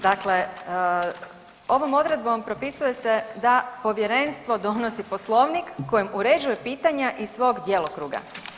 Dakle, ovom odredbom propisuje se da povjerenstvo donosi Poslovnik kojim uređuje pitanja iz svog djelokruga.